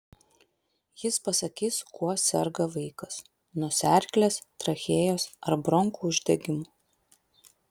jis pasakys kuo serga vaikas nosiaryklės trachėjos ar bronchų uždegimu